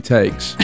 takes